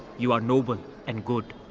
you are noble and good.